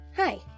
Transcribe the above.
Hi